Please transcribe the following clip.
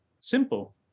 simple